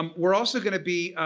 um we're also going to be